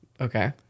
Okay